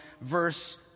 verse